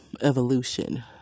evolution